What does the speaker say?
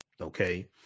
Okay